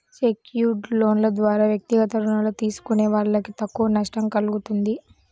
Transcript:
secured లోన్ల ద్వారా వ్యక్తిగత రుణాలు తీసుకునే వాళ్ళకు తక్కువ నష్టం కల్గుతుంది